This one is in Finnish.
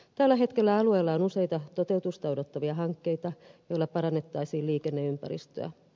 tällä hetkellä alueella on useita toteutusta odottavia hankkeita joilla parannettaisiin liikenneympäristöä